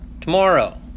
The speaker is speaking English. tomorrow